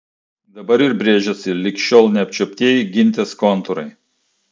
dabar ir brėžiasi lig šiol neapčiuoptieji gintės kontūrai